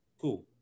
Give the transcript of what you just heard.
Cool